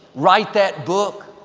write that book,